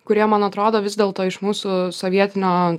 kurie man atrodo vis dėlto iš mūsų sovietinio